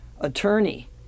attorney